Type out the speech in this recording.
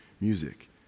music